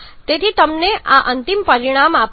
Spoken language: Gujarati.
તેથી આ તમને અંતિમ પરિણામ આપે છે